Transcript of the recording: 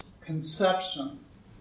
conceptions